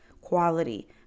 quality